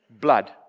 Blood